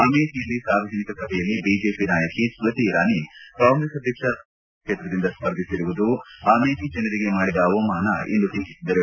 ಅಮೇಥಿಯಲ್ಲಿ ಸಾರ್ವಜನಿಕ ಸಭೆಯಲ್ಲಿ ಬಿಜೆಪಿ ನಾಯಕಿ ಸ್ನತಿ ಇರಾನಿ ಕಾಂಗ್ರೆಸ್ ಅಧ್ವಕ್ಷ ರಾಹುಲ್ ಗಾಂಧಿ ವಯನಾಡ್ ಕ್ಷೇತ್ರದಿಂದ ಸ್ಪರ್ಧಿಸುತ್ತಿರುವುದು ಅಮೇಥಿ ಜನರಿಗೆ ಮಾಡಿದ ಅವಮಾನ ಎಂದು ಟೀಕಿಸಿದರು